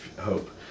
hope